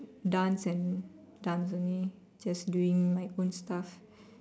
dance and dance only just doing my own stuff